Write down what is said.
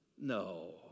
No